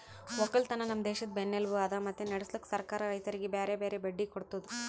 ಒಕ್ಕಲತನ ನಮ್ ದೇಶದ್ ಬೆನ್ನೆಲುಬು ಅದಾ ಮತ್ತೆ ನಡುಸ್ಲುಕ್ ಸರ್ಕಾರ ರೈತರಿಗಿ ಬ್ಯಾರೆ ಬ್ಯಾರೆ ಬಡ್ಡಿ ಕೊಡ್ತುದ್